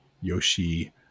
Yoshi